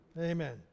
Amen